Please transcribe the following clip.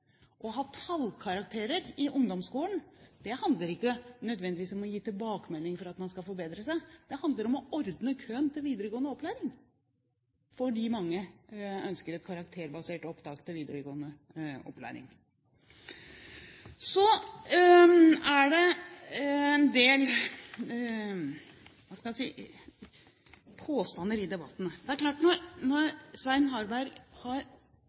Å ha tallkarakterer i ungdomsskolen handler ikke nødvendigvis om å gi tilbakemeldinger for at man skal forbedre seg, det handler om å ordne køen til videregående opplæring, fordi mange ønsker et karakterbasert opptak til videregående opplæring. Så er det en del påstander i debatten. Det er klart at når Svein Harberg har